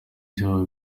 bwabo